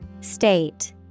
State